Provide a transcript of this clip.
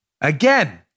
Again